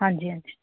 ਹਾਂਜੀ ਹਾਂਜੀ